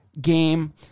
game